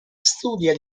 studia